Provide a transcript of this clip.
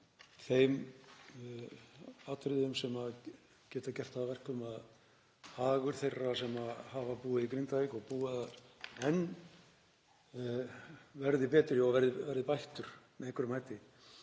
þeim atriðum sem geta gert það að verkum að hagur þeirra sem hafa búið í Grindavík og búa þar enn verði betri og verði bættur með einhverjum hætti.